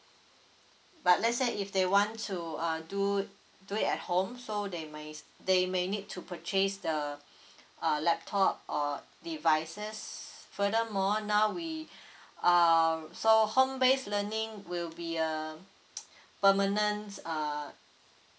but let's say if they want to uh do do it at home so they may they may need to purchase the err laptop or devices furthermore now we uh so home base learning will be uh permanence uh